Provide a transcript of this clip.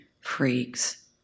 freaks